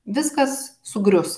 viskas sugrius